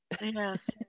yes